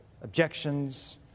objections